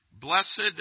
Blessed